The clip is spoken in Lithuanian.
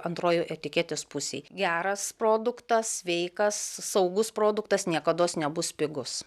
antrojoj etiketės pusėj geras produktas sveikas saugus produktas niekados nebus pigus